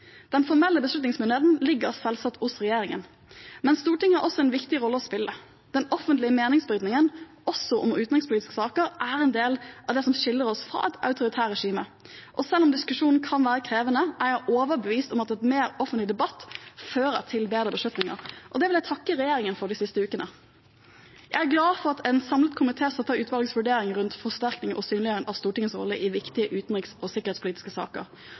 Den formelle beslutningsmyndigheten ligger selvsagt hos regjeringen, men Stortinget har også en viktig rolle å spille. Den offentlige meningsbrytningen også om utenrikspolitiske saker er en del av det som skiller oss fra et autoritært regime. Selv om diskusjonen kan være krevende, er jeg overbevist om at mer offentlig debatt fører til bedre beslutninger, og det vil jeg takke regjeringen for de siste ukene. Jeg er glad for at en samlet komité støtter utvalgets vurdering rundt forsterking og synliggjøring av Stortingets rolle i viktige utenriks- og sikkerhetspolitiske saker